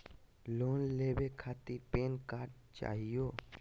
Loan लेवे खातीर PAN card चाहियो?